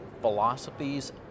philosophies